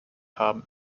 haben